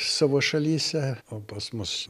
savo šalyse o pas mus